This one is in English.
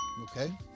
Okay